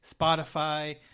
Spotify